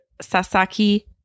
Sasaki